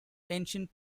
ancient